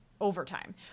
overtime